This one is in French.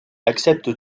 accepte